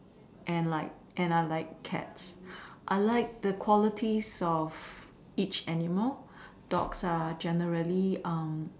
and like and I like cats I like the qualities of each animal dogs are generally um